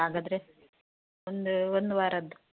ಹಾಗಾದ್ರೆ ಒಂದು ಒಂದು ವಾರದ್ದು